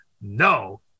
No